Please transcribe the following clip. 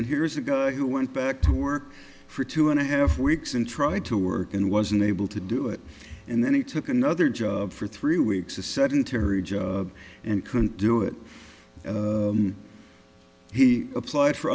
and here's a guy who went back to work for two and a half weeks and tried to work and was unable to do it and then he took another job for three weeks a sedentary job and couldn't do it he applied for